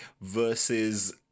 versus